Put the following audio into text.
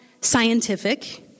scientific